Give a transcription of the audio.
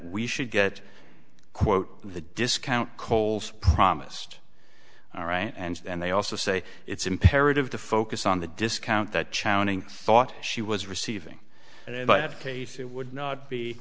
we should get quote the discount coles promised all right and then they also say it's imperative to focus on the discount that challenging thought she was receiving and i have a case it would not be